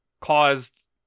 caused